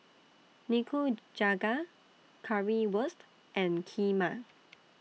Nikujaga Currywurst and Kheema